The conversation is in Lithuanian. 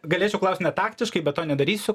galėčiau klaust netaktiškai bet to nedarysiu